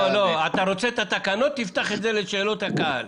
אם אתה רוצה את התקנות תפתח את זה לשאלות הקהל.